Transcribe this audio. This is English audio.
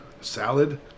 salad